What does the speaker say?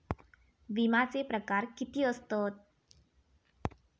विमाचे प्रकार किती असतत?